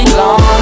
long